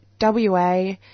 WA